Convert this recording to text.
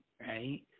right